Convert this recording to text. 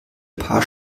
paar